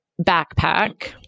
backpack